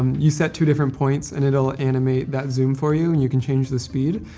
um you set two different points, and it'll animate that zoom for you, and you can change the speed.